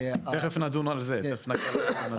תיכף נגיע לעניין הזה.